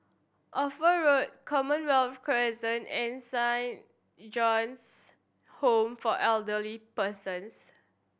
Ophir Road Commonwealth Crescent and Sign John's Home for Elderly Persons